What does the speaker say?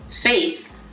faith